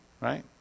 right